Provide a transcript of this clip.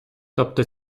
тобто